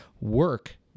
Work